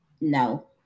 No